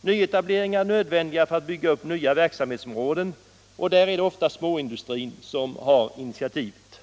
Nyetableringar är nödvändiga för att bygga upp nya verksamhetsområden, och där är det ofta småindustrin som har initiativet.